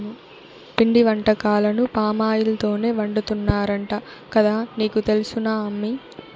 పిండి వంటకాలను పామాయిల్ తోనే వండుతున్నారంట కదా నీకు తెలుసునా అమ్మీ